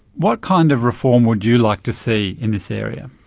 what kind of reform would you like to see in this area?